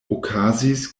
okazis